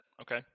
Okay